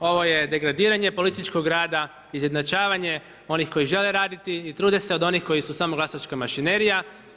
Još jednom ovo je degradiranje političkog rada, izjednačavanje onih koji žele raditi i trude se od onih koji su samo glasačka mašinerija.